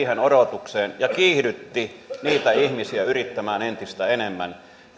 odotukseen ja kiihdytti niitä ihmisiä yrittämään entistä enemmän